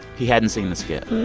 he hadn't seen the skit